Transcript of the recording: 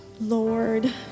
Lord